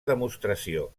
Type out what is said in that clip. demostració